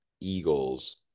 Eagles